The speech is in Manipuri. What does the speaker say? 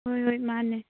ꯍꯣꯏ ꯍꯣꯏ ꯃꯥꯟꯅꯦ